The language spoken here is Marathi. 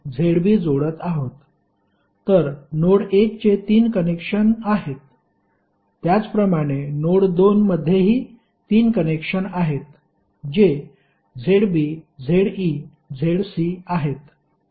तर नोड 1 चे तीन कनेक्शन आहेत त्याचप्रमाणे नोड 2 मध्येही तीन कनेक्शन आहेत जे ZB ZE ZC आहेत